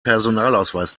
personalausweis